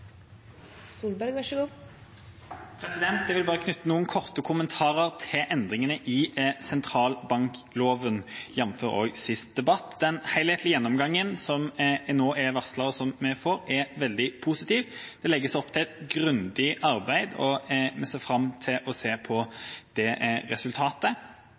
Den helhetlige gjennomgangen som nå er varslet, er det veldig positivt at vi får. Det legges opp til et grundig arbeid, og vi ser fram til å se på resultatet av det.